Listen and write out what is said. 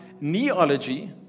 Neology